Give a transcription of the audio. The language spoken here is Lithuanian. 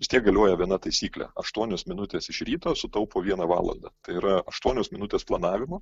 vistiek galioja viena taisyklė aštuonios minutės iš ryto sutaupo vieną valandą tai yra aštuonios minutės planavimo